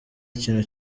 ikintu